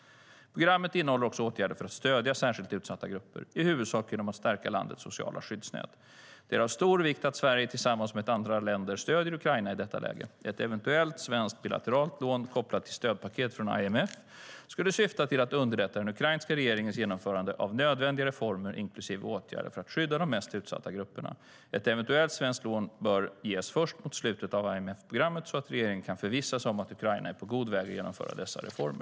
Programmet innehåller även åtgärder för att stödja särskilt utsatta grupper, i huvudsak genom att stärka landets sociala skyddsnät. Det är av stor vikt att Sverige, tillsammans med andra länder, stöder Ukraina i detta läge. Ett eventuellt svenskt bilateralt lån, kopplat till stödpaketet från IMF, skulle syfta till att underlätta den ukrainska regeringens genomförande av nödvändiga reformer inklusive åtgärder för att skydda de mest utsatta grupperna. Ett eventuellt svenskt lån bör ges först mot slutet av IMF-programmet så att regeringen kan förvissa sig om att Ukraina är på god väg att genomföra dessa reformer.